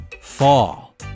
fall